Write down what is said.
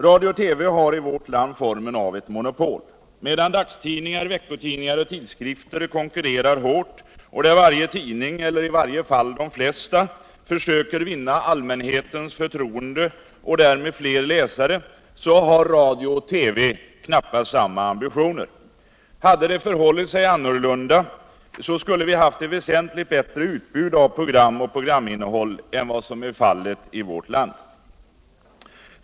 Radio-TV har i vårt land formen av ett monopol. Medan dagstidningar, veckotidningar och tidskrifter konkurfrerar hårt, och varje tidning — eller i varje fall de flesta — försöker vinna allmänhetens förtroende och därmed fler läsare, så har radio och TV knappast summa ambitioner. Hade det förhållit sig annorlunda, skulle vi ha haft ett väsentligt bättre utbud av program och programinnehåll än vad som varit och är fallet i vårt land.